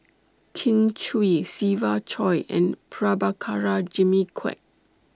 Kin Chui Siva Choy and Prabhakara Jimmy Quek